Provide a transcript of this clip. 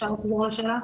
אפשר לחזור על השאלה?